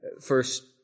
first